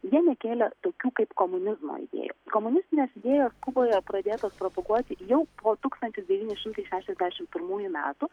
jie nekėlė tokių kaip komunizmo idėjų komunistinės idėjos kuboje pradėtos propaguoti jau po tūkstantis devyni šimtai šešiasdešim pirmųjų metų